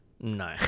No